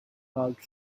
carved